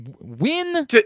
win